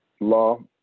law